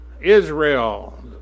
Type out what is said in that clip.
Israel